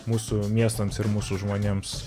mūsų miestams ir mūsų žmonėms